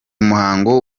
muhango